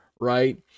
right